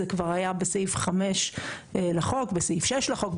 זה כבר היה בסעיף 5 לחוק, בסעיף 6 לחוק.